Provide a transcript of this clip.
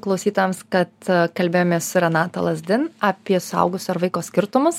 klausytojams kad kalbėjomės su renata lazdin apie suaugusio ir vaiko skirtumus